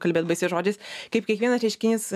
kalbėt baisiais žodžiais kaip kiekvienas reiškinys